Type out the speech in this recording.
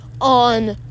on